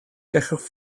gallwch